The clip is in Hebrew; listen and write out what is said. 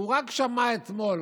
הוא רק שמע אתמול,